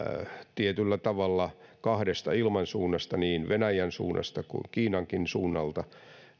tietyllä tavalla kahdesta ilmansuunnasta niin venäjän suunnasta kuin kiinankin suunnalta